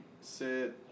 sit